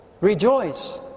Rejoice